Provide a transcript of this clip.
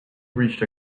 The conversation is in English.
reached